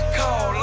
call